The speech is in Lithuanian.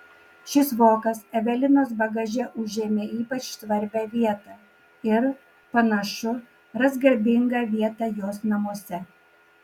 šis vokas evelinos bagaže užėmė ypač svarbią vietą ir panašu ras garbingą vietą jos namuose